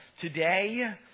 today